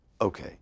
Okay